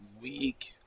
week